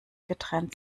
getrennt